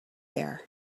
there